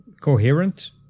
coherent